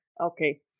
Okay